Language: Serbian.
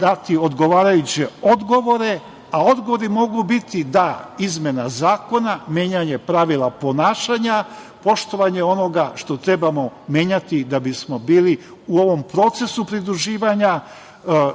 dati odgovarajuće odgovore, a odgovori mogu biti da izmena zakona, menjanje pravila ponašanja, poštovanje onoga što trebamo menjati da bismo bili u ovom procesu pridruživanja